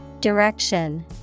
Direction